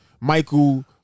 Michael